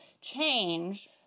change